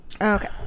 okay